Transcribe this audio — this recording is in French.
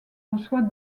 reçoit